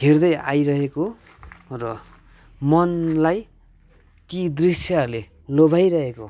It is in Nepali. हेर्दै आइरहेको र मनलाई ती दृश्यहरूले लोभ्याइरहेको